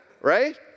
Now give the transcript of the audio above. right